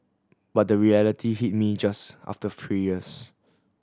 but the reality hit me just after three years